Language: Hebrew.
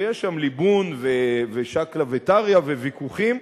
ויש שם ליבון ושקלא וטריא וויכוחים,